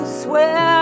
swear